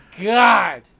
God